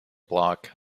block